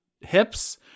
hips